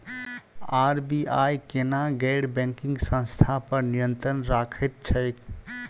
RBI केना गैर banking संस्था पर नियत्रंण राखैत छैक?